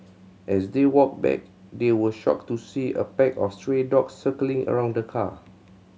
as they walked back they were shocked to see a pack of stray dogs circling around the car